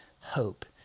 hope